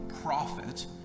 prophet